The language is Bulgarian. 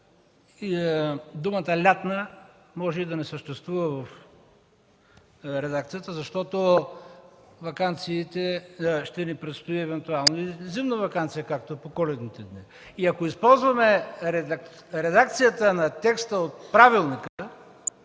думата „лятна” може и да не съществува в редакцията, защото ще ни предстои евентуално и зимна ваканция, както е по коледните дни. И ако използваме редакцията на текста от Правилника,